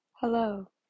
Hello